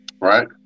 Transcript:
right